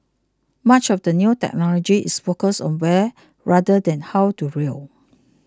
much of the new technology is focused on where rather than how to drill